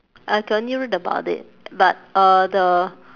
I can only read about it but uh the